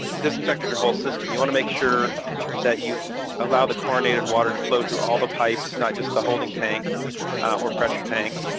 disinfected your whole system. you wanna make sure that you allow the chlorinated water to flow through all the pipes, not just the holding tank or pressure tank.